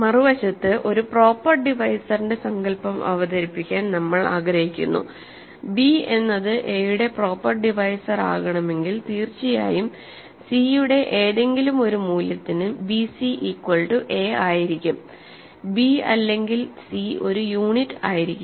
മറുവശത്ത് ഒരു പ്രോപ്പർ ഡിവൈസറിന്റെ സങ്കൽപം അവതരിപ്പിക്കാൻ നമ്മൾ ആഗ്രഹിക്കുന്നു b എന്നത് a യുടെ പ്രോപ്പർ ഡിവൈസർ ആകണമെങ്കിൽ തീർച്ചയായുംc യുടെ ഏതെങ്കിലും ഒരു മൂല്യത്തിന് bc ഈക്വൽ ടു a ആയിരിക്കും b അല്ലെങ്കിൽ c ഒരു യൂണിറ്റ് ആയിരിക്കില്ല